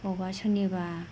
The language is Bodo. अबावबा सोरनिबा